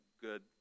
good